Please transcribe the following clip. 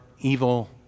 evil